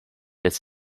its